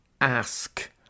ask